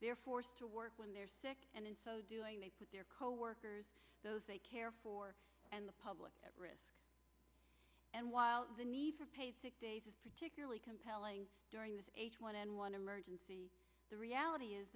they're forced to work when they're sick and in so doing they put their coworkers those they care for and the public at risk and while the need for pay particularly compelling during this h one n one emergency the reality is